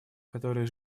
которые